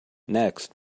next